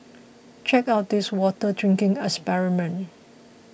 check out this water drinking experiment